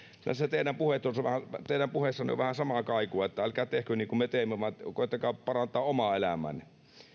näissä teidän puheissanne on vähän samaa kaikua että älkää tehkö niin kuin me teemme vaan koettakaa parantaa omaa elämäänne